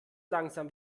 langsam